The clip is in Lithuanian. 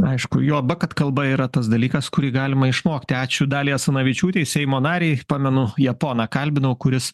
aišku juoba kad kalba yra tas dalykas kurį galima išmokti ačiū daliai asanavičiūtei seimo narei pamenu japoną kalbinau kuris